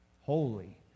holy